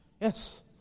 Yes